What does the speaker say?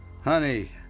Honey